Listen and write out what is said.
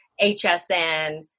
HSN